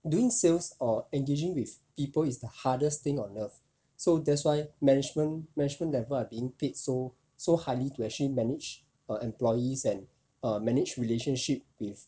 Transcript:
doing sales or engaging with people is the hardest thing on earth so that's why management management level are being paid so so highly to actually manage err employees and err manage relationship with